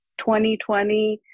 2020